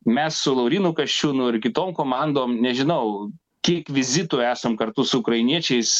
mes su laurynu kasčiūnu ir kitom komandom nežinau kiek vizitų esam kartu su ukrainiečiais